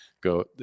go